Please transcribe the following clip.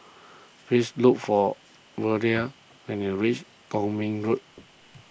please look for Verlie when you reach Kwong Min Road